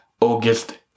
August